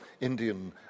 Indian